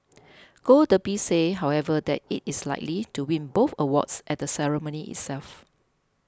Gold Derby say however that it is likely to win both awards at the ceremony itself